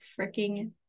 freaking